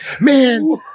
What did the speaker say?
Man